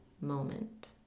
moment